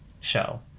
show